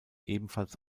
ebenfalls